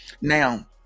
Now